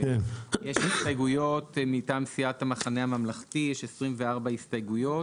יש הסתייגויות מטעם המחנה הממלכתי, 24 הסתייגויות.